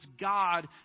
God